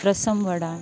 રસમવડા